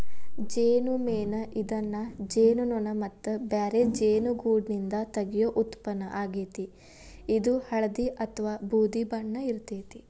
ಜೇನುಮೇಣ ಇದನ್ನ ಜೇನುನೋಣ ಮತ್ತ ಬ್ಯಾರೆ ಜೇನುಗೂಡ್ನಿಂದ ತಗಿಯೋ ಉತ್ಪನ್ನ ಆಗೇತಿ, ಇದು ಹಳ್ದಿ ಅತ್ವಾ ಬೂದಿ ಬಣ್ಣ ಇರ್ತೇತಿ